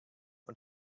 und